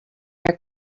air